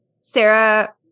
Sarah